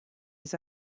his